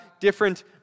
different